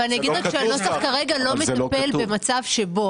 אבל אני אגיד רק שהנוסח כרגע לא מטפל במצב שבו